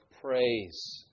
praise